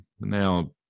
Now